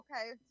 okay